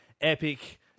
epic